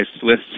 Swiss